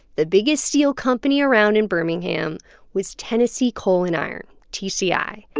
the biggest steel company around in birmingham was tennessee coal and iron, tci and